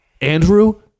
Andrew